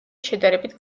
შედარებით